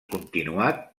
continuat